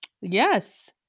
Yes